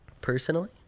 Personally